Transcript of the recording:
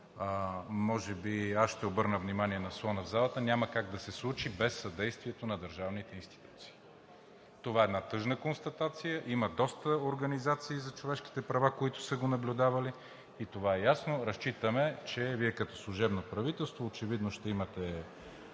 може би аз ще обърна внимание на слона в залата – няма как да се случи без съдействието на държавните институции. Това е една тревожна констатация. Има доста организации за човешките права, които са го наблюдавали и това е ясно. Разчитаме, че Вие като служебно правителство, очевидно ще имате